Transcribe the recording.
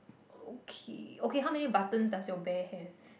okay okay how many buttons does your bear have